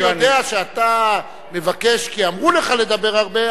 אם הייתי יודע שאתה מבקש כי אמרו לך לדבר הרבה,